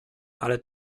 ale